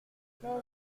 mais